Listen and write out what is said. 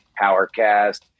PowerCast